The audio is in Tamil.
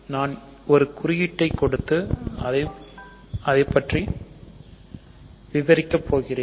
நான் ஒரு குறியீட்டை கொடுத்து அதைப்பற்றி விவரிக்கப் போகிறேன்